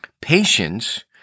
Patience